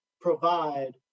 provide